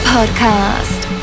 Podcast